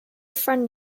friend